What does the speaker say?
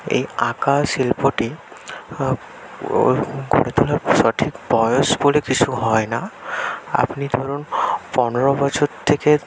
এই আঁকা শিল্পটি গড়ে তোলার সঠিক বয়স বলে কিছু হয় না আপনি ধরুন পনেরো বছর থেকে